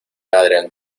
adrian